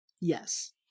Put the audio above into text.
yes